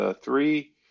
three